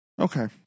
Okay